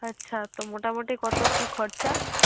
আচ্ছা তো মোটামুটি কত কি খরচা